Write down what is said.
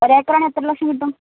ഒരേക്കറയാണെങ്കിൽ എത്ര ലക്ഷം കിട്ടും